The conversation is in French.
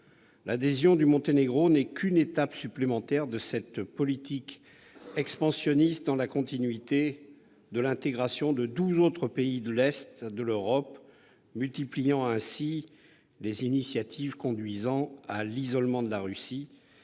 L'adhésion du Monténégro n'est qu'une étape supplémentaire de cette politique expansionniste, dans la continuité de l'intégration de douze autres pays de l'Europe orientale, multipliant ainsi les initiatives conduisant à l'isolement de la Russie